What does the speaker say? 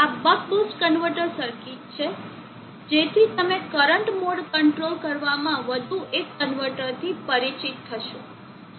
આ buck boost converter circuit છે જેથી તમે કરંટ મોડ કંટ્રોલ કરવામાં વધુ એક કન્વર્ટરથી પરિચિત થશો